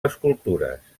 escultures